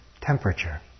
Temperature